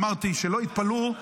אמרתי שלא יתפלאו --- רגע,